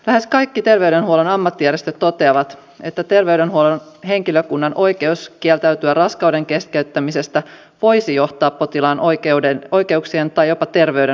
lähes kaikki terveydenhuollon ammattijärjestöt toteavat että terveydenhuollon henkilökunnan oikeus kieltäytyä raskauden keskeyttämisestä voisi johtaa potilaan oikeuksien tai jopa terveyden vaarantamiseen